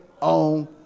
on